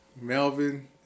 Melvin